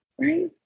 right